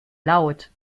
laut